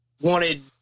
wanted